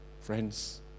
Friends